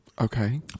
Okay